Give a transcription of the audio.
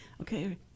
okay